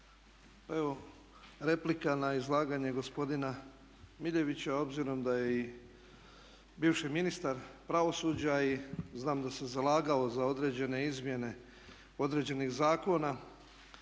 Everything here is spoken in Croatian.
evo replika na izlaganje gospodina Miljenića obzirom da je i bivši ministar pravosuđa i znam da se zalagao za određene izmjene određenih zakona.